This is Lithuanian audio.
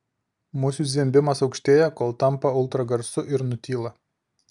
musių zvimbimas aukštėja kol tampa ultragarsu ir nutyla